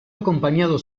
acompañado